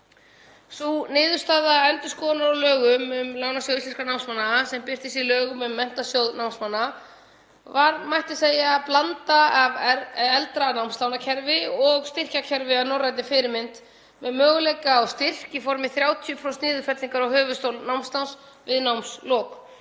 Sú niðurstaða endurskoðunar á lögum um Lánasjóð íslenskra námsmanna sem birtist í lögum um Menntasjóð námsmanna var, mætti segja, blanda af eldra námslánakerfi og styrkjakerfi að norrænni fyrirmynd með möguleika á styrk í formi 30% niðurfellingar af höfuðstól námsláns við námslok,